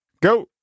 go